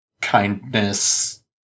kindness